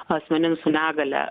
asmenim su negalia